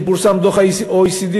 כשפורסם דוח ה-OECD,